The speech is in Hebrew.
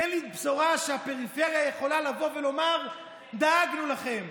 תן לי בשורה שהפריפריה יכולה לבוא ולומר: דאגנו לכם.